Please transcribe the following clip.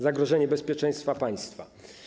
Zagrożenie bezpieczeństwa państwa.